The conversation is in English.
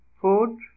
food